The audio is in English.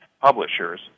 publishers